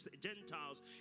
Gentiles